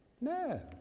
No